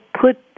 put